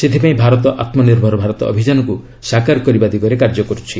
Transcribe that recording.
ସେଥିପାଇଁ ଭାରତ ଆତ୍ମନିର୍ଭର ଭାରତ ଅଭିଯାନକୁ ସାକାର କରିବା ଦିଗରେ କାର୍ଯ୍ୟ କରୁଛି